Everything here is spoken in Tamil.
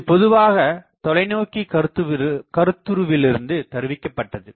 இது பொதுவாக தொலைநோக்கி கருத்துருவிலிருந்து தருவிக்கப்பட்டது